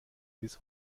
bis